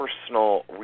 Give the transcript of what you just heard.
personal